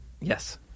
yes